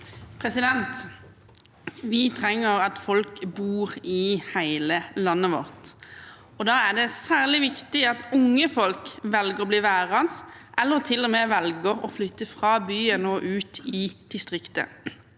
Vi trenger at folk bor i hele landet vårt. Da er det særlig viktig at unge folk velger å bli værende eller til og med velger å flytte fra byen og ut i distriktet.